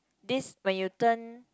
this when you turn